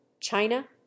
china